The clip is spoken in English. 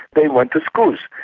they went to schools.